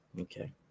Okay